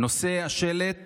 נושא השלט